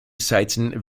seiten